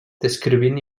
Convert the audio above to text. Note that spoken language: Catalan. descrivint